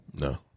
No